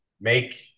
make